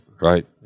right